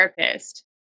therapist